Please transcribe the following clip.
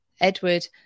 Edward